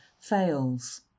FAILS